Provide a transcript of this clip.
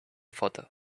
photo